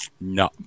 No